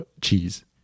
cheese